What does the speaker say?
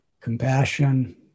compassion